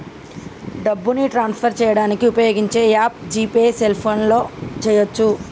డబ్బుని ట్రాన్స్ఫర్ చేయడానికి ఉపయోగించే యాప్ జీ పే సెల్ఫోన్తో చేయవచ్చు